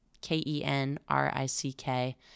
K-E-N-R-I-C-K